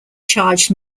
charged